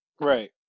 Right